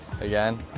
again